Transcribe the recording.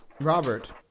Robert